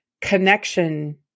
connection